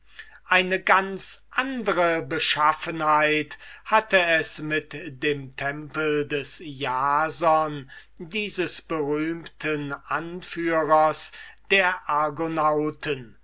eine ganz andre beschaffenheit hatte es mit dem tempel des jason dieses berühmten anführers der